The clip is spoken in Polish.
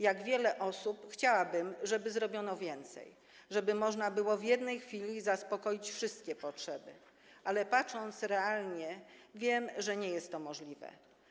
Jak wiele osób chciałabym, żeby zrobiono więcej, żeby można było w jednej chwili zaspokoić wszystkie potrzeby, ale patrząc realnie, wiem, że nie jest to możliwe.